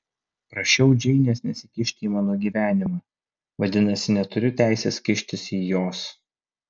prašiau džeinės nesikišti į mano gyvenimą vadinasi neturiu teisės kištis į jos